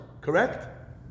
Correct